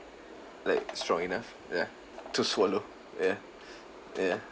like strong enough ya to swallow ya ya